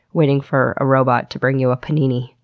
waiting for a robot to bring you a panini.